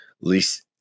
least